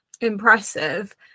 impressive